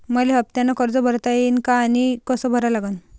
मले हफ्त्यानं कर्ज भरता येईन का आनी कस भरा लागन?